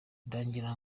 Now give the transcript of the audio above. ndagira